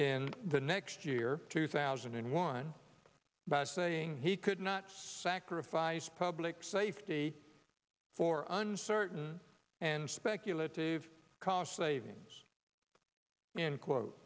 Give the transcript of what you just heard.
in the next year two thousand and one by saying he could not sacrifice public safety for uncertain and speculative cost savings